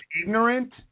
ignorant